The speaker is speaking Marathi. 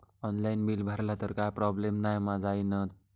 ऑनलाइन बिल भरला तर काय प्रोब्लेम नाय मा जाईनत?